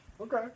Okay